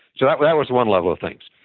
so that was that was one level of things.